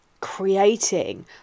creating